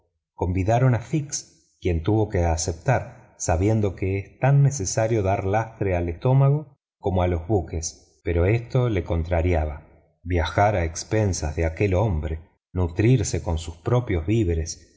convidaron a fix quien tuvo que aceptar sabiendo que es tan necesario dar lastre al estómago como a los buques pero esto lo contrariaba viajar a expensas de aquel hombre nutrirse con sus propios víveres